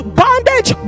bondage